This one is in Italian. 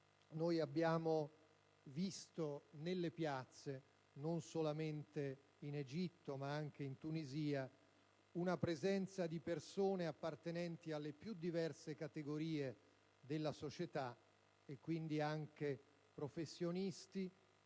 noi abbiamo visto nelle piazze, non solamente in Egitto ma anche in Tunisia, la presenza di persone appartenenti alle più diverse categorie della società e, quindi, anche professionisti,